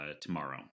tomorrow